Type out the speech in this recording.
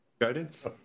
Guidance